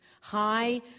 high